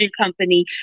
company